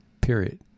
period